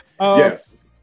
Yes